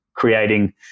Creating